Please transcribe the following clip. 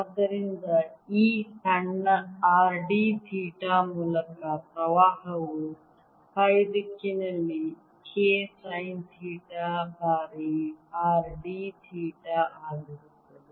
ಆದ್ದರಿಂದ ಈ ಸಣ್ಣ R d ಥೀಟಾ ಮೂಲಕ ಪ್ರವಾಹವು ಫೈ ದಿಕ್ಕಿನಲ್ಲಿ K ಸೈನ್ ಥೀಟಾ ಬಾರಿ R d ಥೀಟಾ ಆಗಿರುತ್ತದೆ